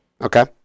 Okay